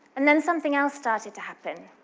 and then something else started to happen.